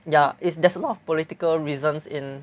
ya it's there's a lot of political reasons in